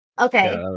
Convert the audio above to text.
Okay